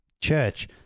church